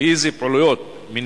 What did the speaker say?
האם משרדך פועל בעניינים אלה?